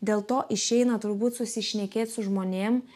dėl to išeina turbūt susišnekėt su žmonėm